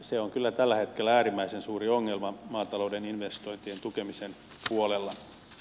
se on kyllä tällä hetkellä äärimmäisen suuri ongelma maatalouden investointien tukemisen puolella